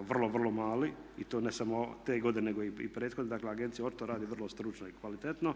vrlo, vrlo mali i to ne samo te godine nego i prethodne. Dakle agencija to radi vrlo stručno i kvalitetno.